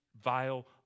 vile